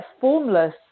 formless